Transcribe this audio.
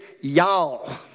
y'all